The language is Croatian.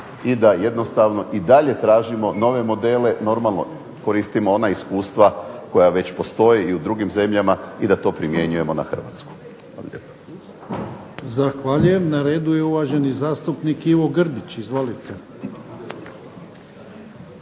i da jednostavno i dalje tražimo nove modele. Normalno koristimo ona iskustva koja već postoje i u drugim zemljama i da to primjenjujemo na Hrvatsku. Hvala lijepa. **Jarnjak, Ivan (HDZ)** Zahvaljujem. Na redu je uvaženi zastupnik Ivo Grbić. Izvolite.